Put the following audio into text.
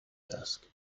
desk